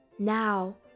Now